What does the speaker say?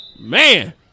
Man